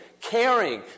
caring